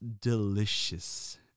delicious